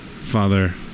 father